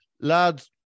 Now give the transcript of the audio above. lads